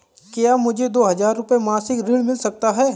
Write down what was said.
क्या मुझे दो हज़ार रुपये मासिक ऋण मिल सकता है?